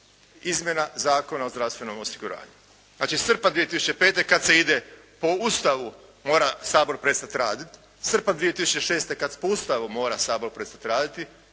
izmjena Zakona o zdravstvenom osiguranju. Znači srpanj 2005. kada se ide po Ustavu mora Sabor prestati raditi, srpanj 2006. kada po Ustavu mora Sabor prestati raditi,